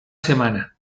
semana